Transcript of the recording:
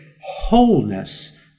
wholeness